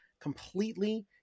completely